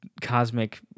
cosmic